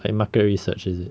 like market research is it